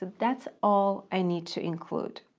that's all i need to include.